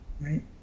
right